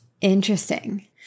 Interesting